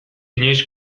inoiz